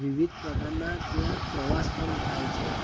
વિવિધ પ્રકારના ત્યાં પ્રવાસ પણ થાય છે